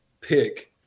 pick